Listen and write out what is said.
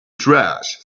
trash